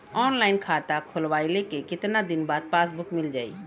Online खाता खोलवईले के कितना दिन बाद पासबुक मील जाई?